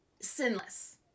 sinless